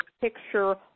picture